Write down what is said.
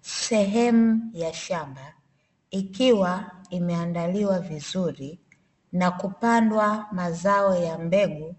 Sehemu ya shamba, ikiwa imeandaliwa vizuri na kupandwa mazao ya mbegu